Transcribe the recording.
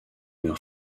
mer